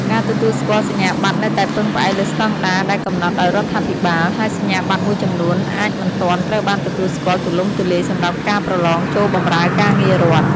ការទទួលស្គាល់សញ្ញាបត្រនៅតែពឹងផ្អែកលើស្តង់ដារដែលកំណត់ដោយរដ្ឋាភិបាល ហើយសញ្ញាបត្រមួយចំនួនអាចមិនទាន់ត្រូវបានទទួលស្គាល់ទូលំទូលាយសម្រាប់ការប្រឡងចូលបម្រើការងាររដ្ឋ។